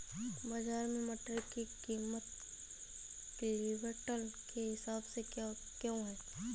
बाजार में मटर की कीमत क्विंटल के हिसाब से क्यो है?